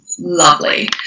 lovely